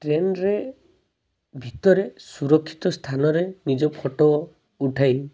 ଟ୍ରେନ୍ରେ ଭିତରେ ସୁରକ୍ଷିତ ସ୍ଥାନରେ ନିଜ ଫୋଟୋ ଉଠାଇ